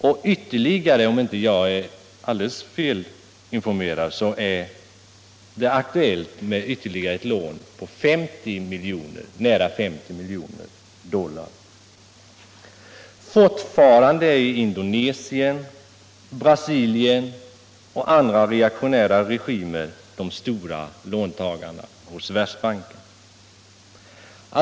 Om jag inte är alldeles felinformerad är det aktuellt med ytterligare ett lån på nära 50 miljoner dollar. Fortfarande är Indonesien, Brasilien och andra reaktionära regimer de stora låntagarna.